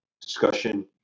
discussion